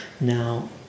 Now